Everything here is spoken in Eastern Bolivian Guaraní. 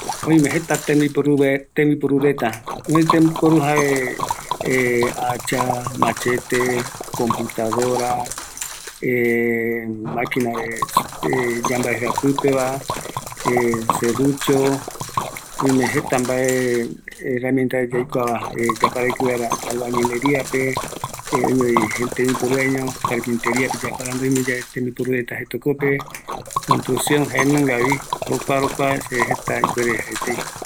Oïme jeta tembiporureta, yapaqravɨkɨ vaera, oïme acha, madhete, serrucho, oïme jeta mbaekoyayapo vaera, carpinteripe, sepillo, serruchos, construccion peguara, pala, picotas, jare kukuraï yandepuretei yae, erei mbaetɨ ou seakape